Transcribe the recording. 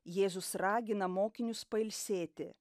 jėzus ragina mokinius pailsėti